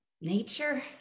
nature